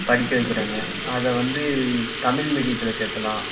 படிக்க வைக்கிறாங்க அதை வந்து தமிழ் மீடியத்தில் சேர்த்துலாம்